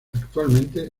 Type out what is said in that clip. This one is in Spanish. actualmente